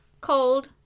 cold